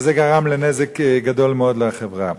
וזה גרם נזק גדול מאוד לחברה.